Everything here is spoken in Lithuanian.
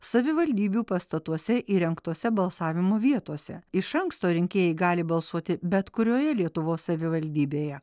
savivaldybių pastatuose įrengtose balsavimo vietose iš anksto rinkėjai gali balsuoti bet kurioje lietuvos savivaldybėje